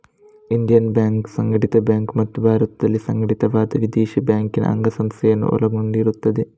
Indian banks ಸಂಘಟಿತ bank ಮತ್ತು ಭಾರತದಲ್ಲಿ ಸಂಘಟಿತವಾದ ವಿದೇಶಿ ಬ್ಯಾಂಕಿನ ಅಂಗಸಂಸ್ಥೆಯನ್ನು ಒಳಗೊಂಡಿರುತ್ತದೆ